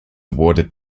awarded